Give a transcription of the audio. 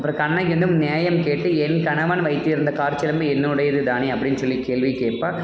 அப்புறம் கண்ணகி வந்து நியாயம் கேட்டு என் கணவன் வைத்திருந்த காற்சிலம்பு என்னுடையது தானே அப்படின்னு சொல்லி கேள்வி கேட்பா